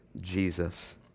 Jesus